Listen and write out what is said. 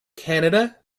canada